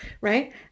right